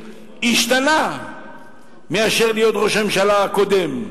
השתנה מאז שהיה ראש הממשלה בפעם הקודמת.